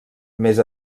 més